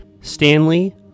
Stanley